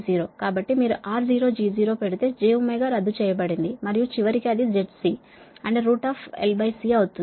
కాబట్టి మీరు r 0 g 0 పెడితే jω రద్దు చేయబడింది మరియు చివరికి అది ZC LCఅవుతుంది